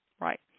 right